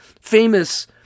famous